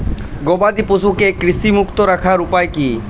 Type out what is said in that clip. গবাদি পশুকে কৃমিমুক্ত রাখার উপায় কী?